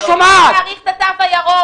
אומרים שצריך להאריך את התו הירוק